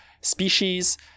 species